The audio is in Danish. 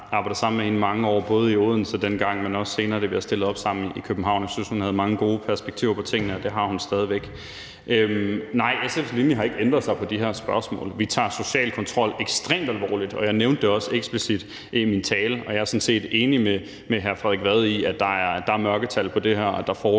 har arbejdet sammen med hende i mange år, både i Odense dengang, men også senere, da vi stillede op sammen i København. Jeg synes, at hun havde mange gode perspektiver på tingene, og det har hun stadig væk. Nej, SF's linje har ikke ændret sig i de her spørgsmål. Vi tager social kontrol ekstremt alvorligt, og jeg nævnte det også eksplicit i min tale. Jeg er sådan set enig med hr. Frederik Vad i, at der er mørketal i det her og der foregår